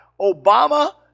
Obama